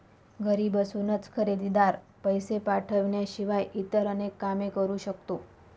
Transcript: घरी बसूनच खरेदीदार, पैसे पाठवण्याशिवाय इतर अनेक काम करू शकतो